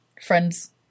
friends